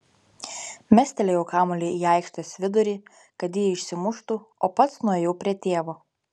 mestelėjau kamuolį į aikštės vidurį kad jį išsimuštų o pats nuėjau prie tėvo